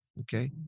okay